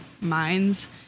minds